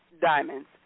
diamonds